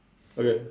okay